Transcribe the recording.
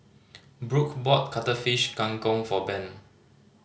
Brook bought Cuttlefish Kang Kong for Ben